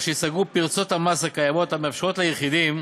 שייסגרו פרצות המס הקיימות המאפשרות ליחידים